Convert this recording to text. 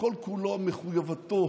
שכל-כולו ומחויבותו